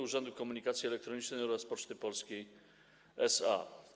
Urzędu Komunikacji Elektronicznej oraz Poczty Polskiej SA.